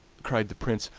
cried the prince,